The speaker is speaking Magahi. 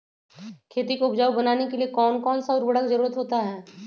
खेती को उपजाऊ बनाने के लिए कौन कौन सा उर्वरक जरुरत होता हैं?